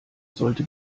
sollte